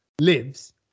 lives